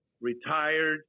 retired